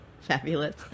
fabulous